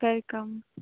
welcome